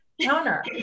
Counter